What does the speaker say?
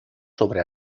sobre